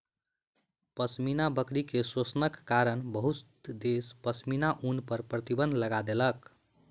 पश्मीना बकरी के शोषणक कारणेँ बहुत देश पश्मीना ऊन पर प्रतिबन्ध लगा देलक